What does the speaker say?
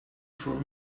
for